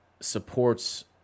supports